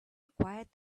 required